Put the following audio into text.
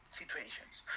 situations